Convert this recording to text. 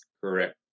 correct